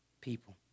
people